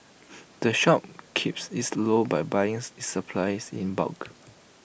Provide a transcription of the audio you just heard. the shop keeps its low by buying its supplies in bulk